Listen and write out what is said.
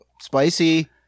Spicy